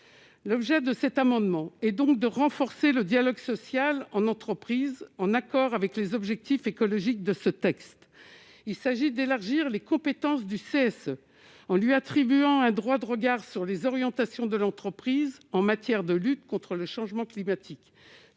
l'objet de cet amendement et donc de renforcer le dialogue social en entreprise, en accord avec les objectifs écologiques de ce texte, il s'agit d'élargir les compétences du cesse en lui attribuant un droit de regard sur les orientations de l'entreprise en matière de lutte contre le changement climatique,